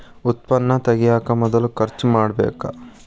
ಉತ್ಪನ್ನಾ ತಗಿಯಾಕ ಮೊದಲ ಖರ್ಚು ಮಾಡಬೇಕ